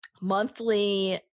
monthly